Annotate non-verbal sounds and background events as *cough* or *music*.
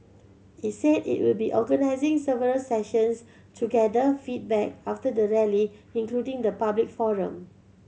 it said it will be organising several sessions to gather feedback after the Rally including a public *unintelligible*